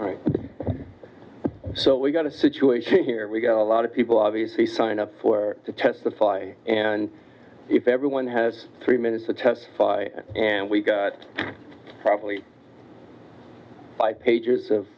right so we've got a situation here we go a lot of people obviously sign up to testify and if everyone has three minutes to testify and we've got probably five pages of